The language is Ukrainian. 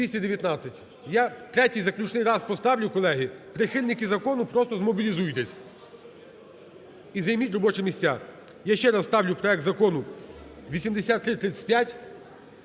Я третій, заключний раз поставлю, колеги. Прихильники закону, просто змобілізуйтесь і займіть робочі місця. Я ще раз ставлю проект Закону 8335,